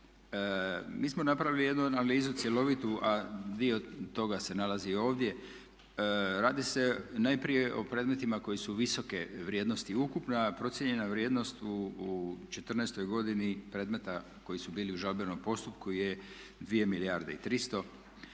Mi smo napravili jednu analizu cjelovitu, a dio toga se nalazi ovdje. Radi se najprije o predmetima koji su visoke vrijednosti. Ukupna procijenjena vrijednost u '14. godini predmeta koji su bili u žalbenom postupku je 2 milijarde i 300. Radi se o